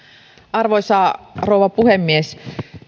arvoisa puhemies